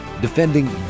Defending